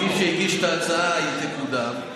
מי שהגיש את ההצעה, היא תקודם.